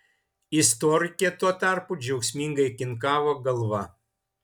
istorikė tuo tarpu džiaugsmingai kinkavo galva